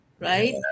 Right